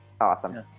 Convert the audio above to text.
awesome